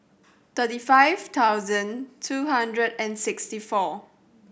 thirty five thousand two hundred and sixty four